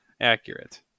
accurate